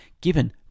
given